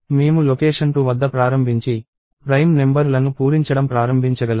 మేము లొకేషన్ 2 వద్ద ప్రారంభించి ప్రైమ్ నెంబర్ లను పూరించడం ప్రారంభించగలము